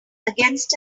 against